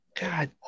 God